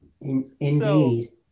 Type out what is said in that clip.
Indeed